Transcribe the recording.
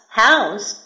house